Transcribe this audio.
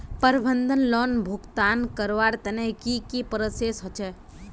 प्रबंधन लोन भुगतान करवार तने की की प्रोसेस होचे?